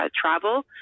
travel